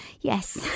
yes